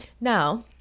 Now